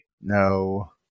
No